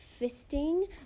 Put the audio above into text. fisting